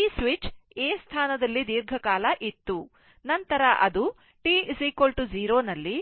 ಈ switch A ಸ್ಥಾನದಲ್ಲಿ ದೀರ್ಘಕಾಲ ಇತ್ತು ನಂತರ ಅದು t 0 ನಲ್ಲಿ